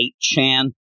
Chan